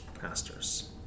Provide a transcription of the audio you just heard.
pastors